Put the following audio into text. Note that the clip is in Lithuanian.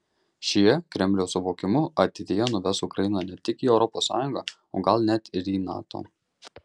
šie kremliaus suvokimu ateityje nuves ukrainą ne tik į europos sąjungą o gal net ir į nato